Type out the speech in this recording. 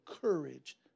courage